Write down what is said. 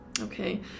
Okay